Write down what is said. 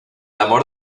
amor